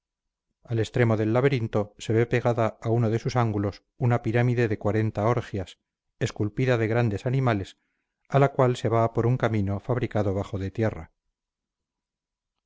al extremo del laberinto se ve pegada a uno de sus ángulos una pirámide de cuarenta orgias esculpida de grandes animales a la cual se va por un camino fabricado bajo de tierra